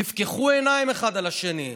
תפקחו עיניים אחד על השני.